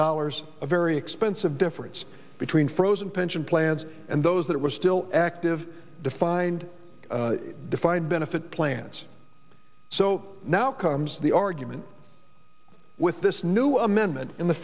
dollars a very expensive difference between frozen pension plans and those that were still active defined defined benefit plans so now comes the argument with this new amendment in the